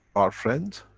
our friend